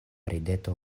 rideto